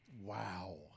Wow